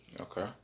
Okay